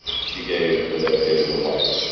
she gave and dedicated her life